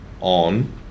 on